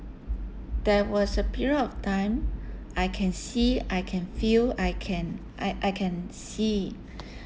there was a period of time I can see I can feel I can I I can see